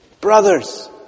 brothers